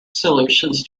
solutions